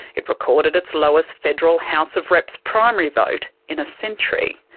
it recorded its lowest federal house of reps primary vote in a century.